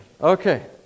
Okay